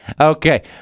Okay